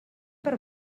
per